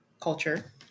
culture